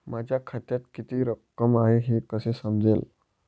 माझ्या खात्यात किती रक्कम आहे हे कसे समजेल?